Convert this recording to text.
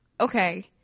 okay